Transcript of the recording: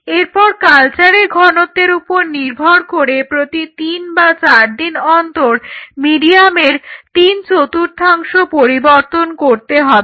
এরপর কালচারের ঘনত্বের উপর নির্ভর করে প্রতি তিন বা চার দিন অন্তর মিডিয়ামের তিন চতুর্থাংশ পরিবর্তন করতে হবে